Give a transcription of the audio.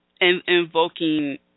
invoking